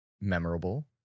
memorable